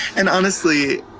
and honestly,